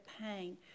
pain